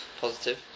Positive